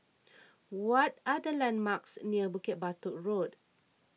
what are the landmarks near Bukit Batok Road